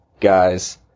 guys